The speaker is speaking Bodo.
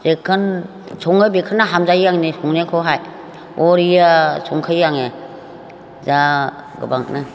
जेखोनो संङो बेखौनो हामजायो आंनि संनायाखौहाय बरिया संखायो आङो जा गोबांनो